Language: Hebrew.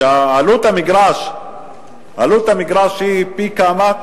כשעלות המגרש היא פי כמה,